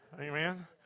Amen